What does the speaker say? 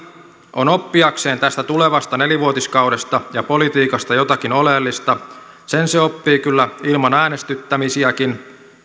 on oppiakseen tästä tulevasta nelivuotiskaudesta ja politiikasta jotakin oleellista sen se oppii kyllä ilman äänestyttämisiäkin